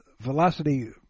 Velocity